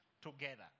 together